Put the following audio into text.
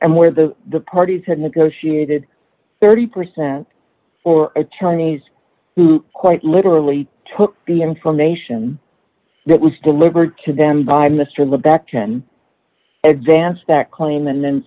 and where the the parties had negotiated thirty percent for attorneys who quite literally took the information that was delivered to them by mr the baktun advance that claim and then